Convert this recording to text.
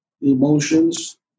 emotions